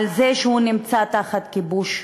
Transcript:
על זה שהוא נמצא תחת כיבוש?